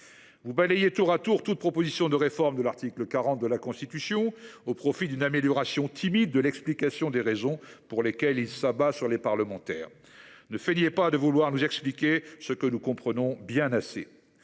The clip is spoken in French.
Vous balayez tour à tour toute proposition de réforme de l’article 40 de la Constitution, au profit d’une amélioration timide de l’explication des raisons pour lesquelles il s’abat sur les parlementaires. Ne feignez pas de vouloir nous expliquer ce que nous comprenons bien assez…